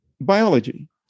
Biology